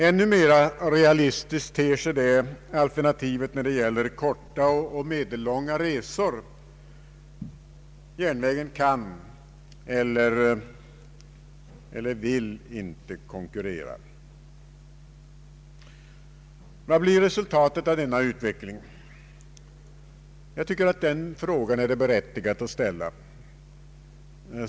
Ännu mera realistiskt ter sig detta alternativ när det gäller korta och medellånga resor — järnvägen kan inte eller vill inte konkurrera. Vad blir resultatet av denna utveckling? Jag tycker att det är berättigat att ställa den frågan.